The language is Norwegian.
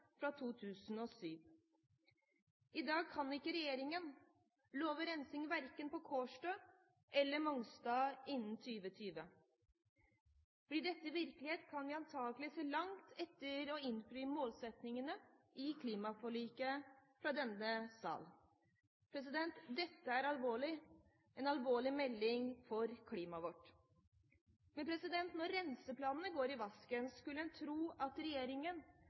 fra 2007. I dag kan ikke regjeringen love rensing verken på Kårstø eller Mongstad innen 2020. Blir dette virkelighet, kan vi antakelig se langt etter å innfri målsettingene i klimaforliket fra denne sal. Dette er alvorlig – en alvorlig melding for klimaet vårt. Når renseplanene går i vasken, skulle en tro at regjeringen,